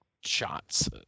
shots